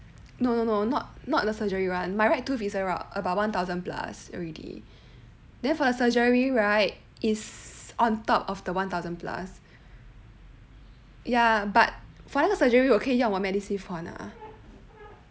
no no no not not the surgery [one] my right tooth is about one thousand plus already then for the surgery right is on top of the one thousand plus ya but final surgery 我可以用我的 medicine 还 ah